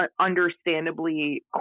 understandably